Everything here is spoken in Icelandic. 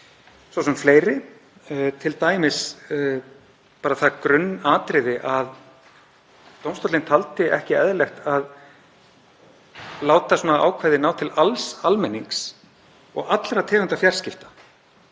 svo sem fleiri, t.d. bara það grunnatriði að dómstóllinn taldi ekki eðlilegt að láta svona ákvæði ná til alls almennings og allra tegunda fjarskipta.